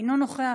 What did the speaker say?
אינו נוכח,